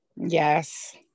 yes